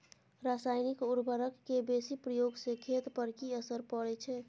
रसायनिक उर्वरक के बेसी प्रयोग से खेत पर की असर परै छै?